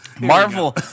Marvel